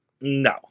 No